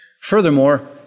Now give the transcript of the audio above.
Furthermore